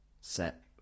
set